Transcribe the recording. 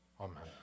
Amen